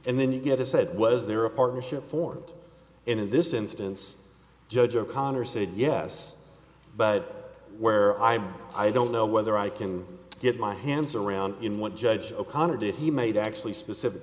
and then you get to said was there a partnership for in this instance judge o'connor said yes but where i'm i don't know whether i can get my hands around in what judge o'connor did he made actually specific